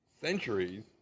centuries